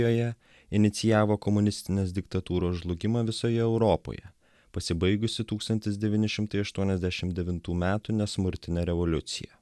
joje inicijavo komunistinės diktatūros žlugimą visoje europoje pasibaigusį tūkstantis devyni šimtai aštuoniasdešim devintų metų nesmurtine revoliucija